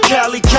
Cali